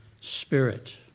spirit